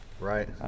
Right